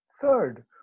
Third